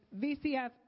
VCF